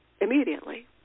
immediately